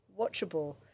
watchable